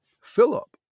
Philip